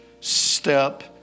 step